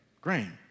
grain